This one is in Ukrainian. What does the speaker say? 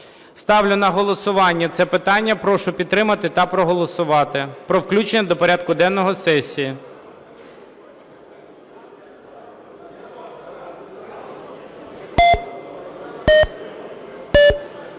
Ставлю на голосування це питання. Прошу підтримати та проголосувати. Про включення до порядку денного сесії.